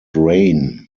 rayne